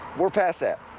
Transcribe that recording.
we're past that.